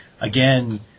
Again